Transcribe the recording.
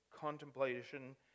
contemplation